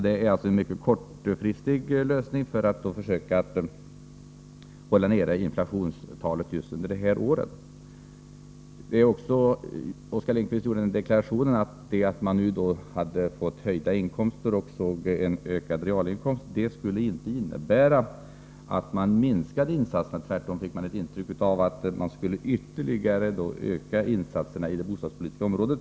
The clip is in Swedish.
Det är alltså en mycket kortfristig lösning för att försöka hålla nere inflationen just under det här året. Oskar Lindkvist gjorde en deklaration om att höjda inkomster och en ökad realinkomst inte skulle leda till att insatserna minskar. Tvärtom fick man intryck av att regeringen ytterligare skulle öka insatserna på det bostadspolitiska området.